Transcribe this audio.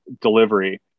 delivery